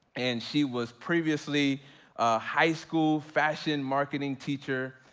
and she was previously a high school fashion marketing teacher,